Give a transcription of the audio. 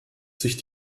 sich